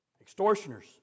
extortioners